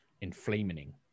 inflaming